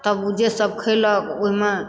तब जे सब खेलक ओ मे